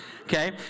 Okay